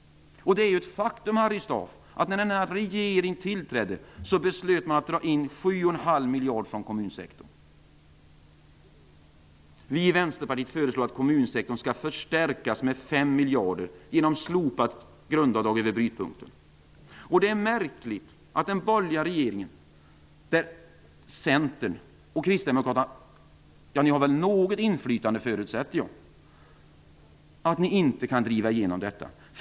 Det är ett faktum, Harry Staaf, att man när denna regering tillträde beslöt att dra in 7,5 miljarder från kommunsektorn. Vi i Vänsterpartiet föreslår att kommunsektorn förstärks med 5 miljarder genom slopat grundavdrag över brytpunkten. Det är märkligt att den borgerliga regeringen -- jag förutsätter att Centern och Kristdemokraterna åtminstone har ett visst inflytande där -- inte kan driva igenom detta.